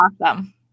Awesome